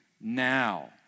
now